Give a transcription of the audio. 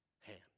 hand